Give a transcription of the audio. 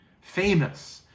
famous